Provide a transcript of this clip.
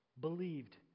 believed